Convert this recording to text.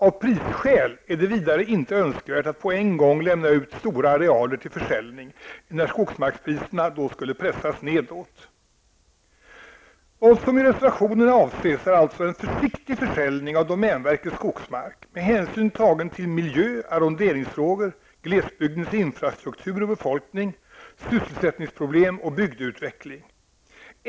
Av prissskäl är det vidare inte önskvärt att på en gång lämna ut stora arealer till försäljning, enär skogsmarkspriserna då skulle pressas nedåt. Vad som i reservationen avses är alltså en försiktig försäljning av domänverkets skogsmark, med hänsyn tagen till miljö, arronderingsfrågor, glesbygdens infrastruktur och befolkning, sysselsättningsproblem samt bygdeutveckling.